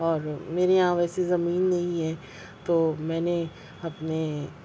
اور میرے یہاں ویسے زمین نہیں ہے تو میں نے اپنے